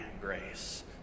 grace